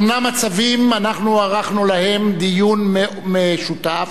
אומנם הצווים, אנחנו ערכנו עליהם דיון משותף,